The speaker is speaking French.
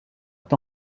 est